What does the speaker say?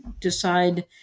decide